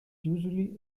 usually